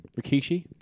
Rikishi